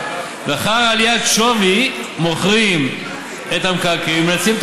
ולאחר עליית שווי מוכרים את המקרקעין ומנצלים את